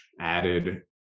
added